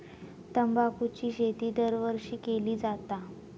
तंबाखूची शेती दरवर्षी केली जाता